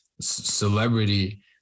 celebrity